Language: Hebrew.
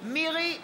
מירי רגב,